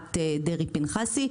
להלכת דרעי-פנחסי.